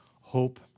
hope